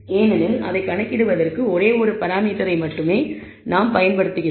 ஏனெனில் அதை கணக்கிடுவதற்கு ஒரே ஒரு பராமீட்டரை மட்டுமே நாம் பயன்படுத்துகிறோம்